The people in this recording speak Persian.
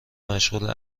مشغول